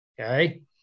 okay